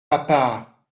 papa